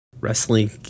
Wrestling